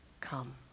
come